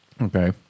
Okay